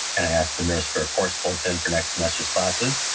and i asked the nurse for a course bulletin for next semester's classes,